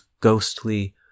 ghostly